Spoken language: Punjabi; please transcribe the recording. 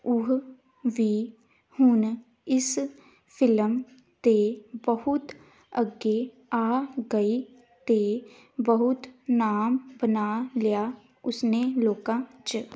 ਉਹ ਵੀ ਹੁਣ ਇਸ ਫਿਲਮ ਤੇ ਬਹੁਤ ਅੱਗੇ ਆ ਗਈ ਅਤੇ ਬਹੁਤ ਨਾਮ ਬਣਾ ਲਿਆ ਉਸਨੇ ਲੋਕਾਂ 'ਚ